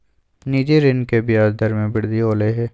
निजी ऋण के ब्याज दर में वृद्धि होलय है